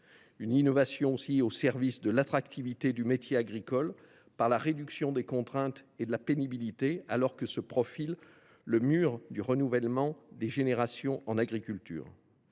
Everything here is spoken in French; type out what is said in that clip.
elle est mise au service de l’attractivité du métier d’agriculteur par la réduction des contraintes et de la pénibilité, alors que se profile le mur du renouvellement des générations. Enfin,